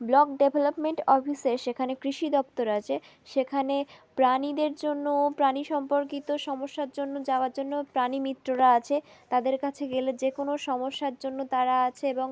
block development অফিসে সেখানে কৃষি দপ্তর আছে সেখানে প্রাণীদের জন্য প্রাণী সম্পর্কিত সমস্যার জন্য যাওয়ার জন্য প্রাণী মিত্ররা আছে তাদের কাছে গেলে যে কোনো সমস্যার জন্য তারা আছে এবং